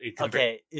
Okay